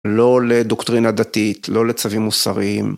לא לדוקטרינה דתית, לא לצווים מוסריים.